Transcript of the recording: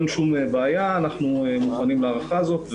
אין שום בעיה ואנחנו מוכנים להארכה הזאת.